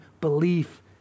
belief